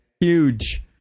Huge